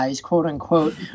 quote-unquote